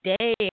day